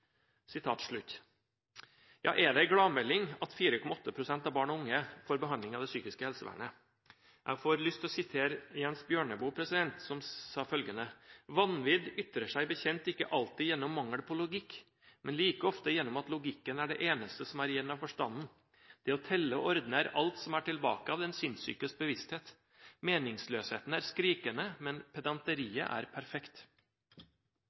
Er det en gladmelding at 4,8 pst. av alle barn og unge får behandling av det psykiske helsevernet? Jeg får lyst til å sitere Jens Bjørneboe, som sa følgende: «Vanvidd ytrer seg bekjent ikke alltid gjennom mangel på logikk, men like ofte gjennom at logikken er det eneste som er igjen av forstanden; det å telle og ordne er alt som er tilbake av den sinnssykes bevissthet. Meningsløsheten er skrikende, men pedanteriet er perfekt.»